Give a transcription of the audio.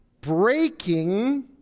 breaking